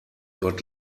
dort